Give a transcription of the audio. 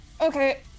Okay